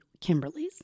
Kimberly's